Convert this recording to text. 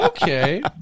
Okay